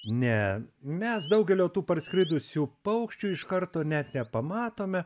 ne mes daugelio tų parskridusių paukščių iš karto net nepamatome